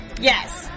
Yes